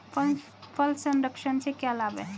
फल संरक्षण से क्या लाभ है?